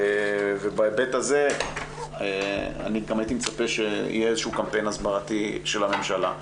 בהיבט הזה הייתי מצפה שיהיה קמפיין הסברתי של הממשלה.